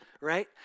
right